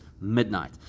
midnight